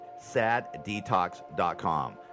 saddetox.com